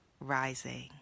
Rising